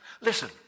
listen